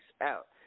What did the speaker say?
out